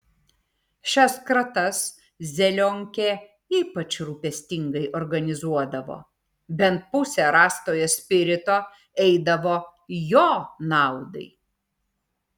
šias kratas zelionkė ypač rūpestingai organizuodavo bent pusė rastojo spirito eidavo jo naudai